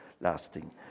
lasting